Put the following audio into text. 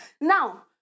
Now